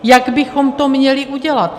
Jak bychom to měli udělat?